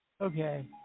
Okay